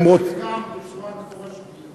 בצורה מפורשת ביותר.